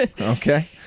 Okay